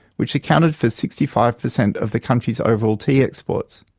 which accounted for sixty five percent of the country's overall tea exports.